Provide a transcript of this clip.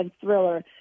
thriller